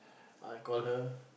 I call her